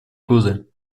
годы